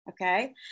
Okay